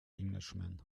englishman